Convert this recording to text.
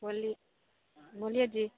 बोली बोलिए जी